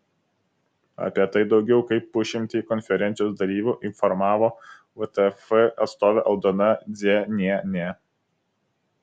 apie tai daugiau kaip pusšimtį konferencijos dalyvių informavo vtf atstovė aldona dzienienė